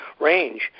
range